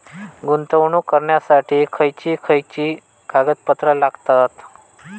गुंतवणूक करण्यासाठी खयची खयची कागदपत्रा लागतात?